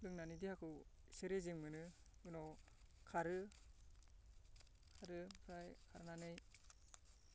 लोंनानै देहाखौ एसे रेजें मोनो उनाव खारो आरो ओमफ्राय खारनानै